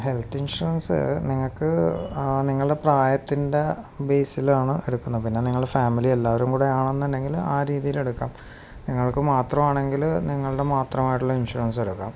health insurance നിങ്ങള്ക്കു നിങ്ങളടെ പ്രായത്തിൻ്റെ ബേസിലാണ് എടുക്കുന്നത് പിന്നെ നിങ്ങളെ ഫാമിലി എല്ലാവരും കൂടെ ആണെന്നുണ്ടെങ്കില് ആ രീതിയിൽ എടുക്കാം നിങ്ങൾക്ക് മാത്രമാണെങ്കില് നിങ്ങളടെ മാത്രമായിട്ടുള്ള ഇൻഷുറൻസ് എടുക്കാം